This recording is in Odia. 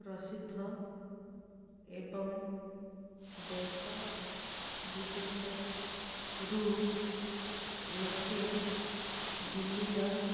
ପ୍ରସିଦ୍ଧ ଏବଂ ଦେଶ ବିଦେଶରୁ ଲୋକେ ବୁଲିବା